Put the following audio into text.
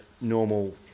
normal